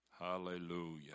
Hallelujah